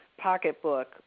pocketbook